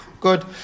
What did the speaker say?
Good